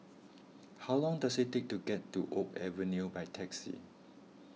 how long does it take to get to Oak Avenue by taxi